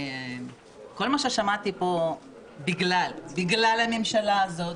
כל מה ששמעתי פה: בגלל; בגלל הממשלה הזאת.